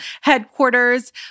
headquarters